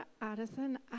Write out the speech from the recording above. Addison